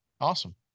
awesome